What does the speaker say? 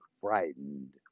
frightened